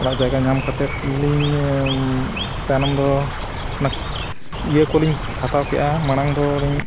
ᱚᱲᱟᱜ ᱡᱟᱭᱜᱟ ᱧᱟᱢ ᱠᱟᱛᱮᱫ ᱞᱤᱧ ᱛᱟᱭᱱᱚᱢ ᱫᱚ ᱚᱱᱟ ᱤᱭᱟᱹ ᱠᱚᱞᱤᱧ ᱦᱟᱛᱟᱣ ᱠᱮᱜᱼᱟ ᱢᱟᱲᱟᱝ ᱫᱚ ᱞᱤᱧ